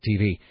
TV